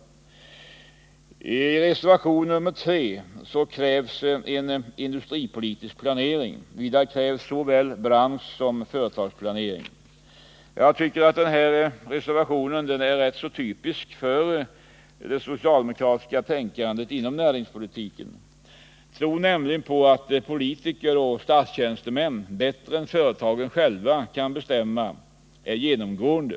I reservation nr 3 kräver socialdemokraterna en industripolitisk planering. Vidare krävs såväl branschsom företagsplanering. Denna reservation är rätt typisk för det socialdemokratiska tänkandet inom näringspolitiken. Tron på att politiker och statstjänstemän bättre än företagen själva kan bestämma är genomgående.